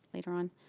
later on.